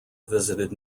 visited